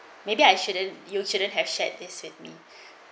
maybe I shouldn't you shouldn't have shared this with me